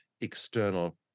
external